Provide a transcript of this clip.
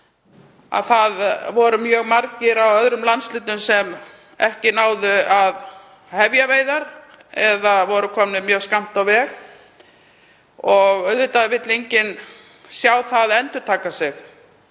að mjög margir í öðrum landshlutum náðu ekki að hefja veiðar eða voru komnir mjög skammt á veg. Auðvitað vill enginn sjá það endurtaka sig.